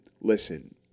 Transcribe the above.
listen